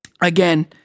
again